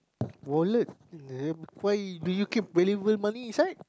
wallet uh why do you keep valuable money inside